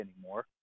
anymore